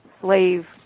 slave